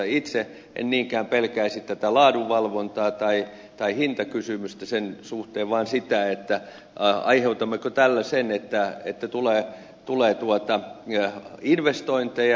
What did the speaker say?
itse en niinkään pelkäisi tätä laadunvalvontaa tai hintakysymystä sen suhteen vaan sitä aiheutammeko tällä sen että tulee investointeja